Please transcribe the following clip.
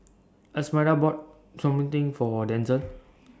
Esmeralda bought For Denzel